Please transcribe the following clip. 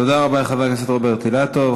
תודה רבה לחבר הכנסת רוברט אילטוב.